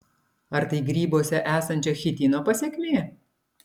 ar tai grybuose esančio chitino pasekmė